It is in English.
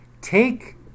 Take